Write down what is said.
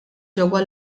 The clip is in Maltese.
ġewwa